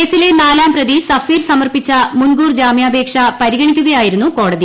കേസിലെ നാലാം പ്രതി സഫീർ സമർപ്പിച്ച മുൻകൂർ ജാമ്യാപേക്ഷ പരിഗണിക്കുകയായിരുന്നു കോടതി